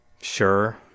sure